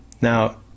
Now